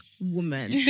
woman